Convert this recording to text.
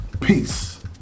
Peace